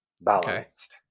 balanced